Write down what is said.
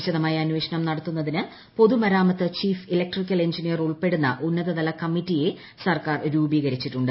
വിശദമായ അന്വേഷണം ക്ടിര്ത്ത്തിന് പൊതുമരാമത്ത് ചീഫ് ഇല ക്ട്രിക്കൽ എഞ്ചിനീയർ ്ളൂർഖ്പ്പടുന്ന ഉന്നതതല കമ്മിറ്റിയെ സർക്കാർ രൂപീകരിച്ചിട്ടുണ്ട്